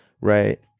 right